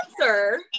answer